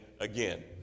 again